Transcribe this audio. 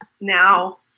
now